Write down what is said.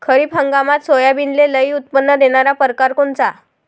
खरीप हंगामात सोयाबीनचे लई उत्पन्न देणारा परकार कोनचा?